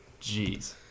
Jeez